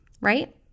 right